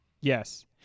Yes